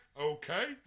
Okay